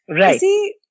Right